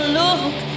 look